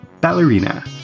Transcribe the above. Ballerina